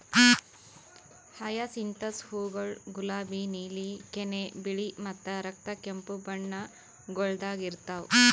hyacinthus ಹೂವುಗೊಳ್ ಗುಲಾಬಿ, ನೀಲಿ, ಕೆನೆ, ಬಿಳಿ ಮತ್ತ ರಕ್ತ ಕೆಂಪು ಬಣ್ಣಗೊಳ್ದಾಗ್ ಇರ್ತಾವ್